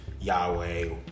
Yahweh